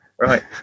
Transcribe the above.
Right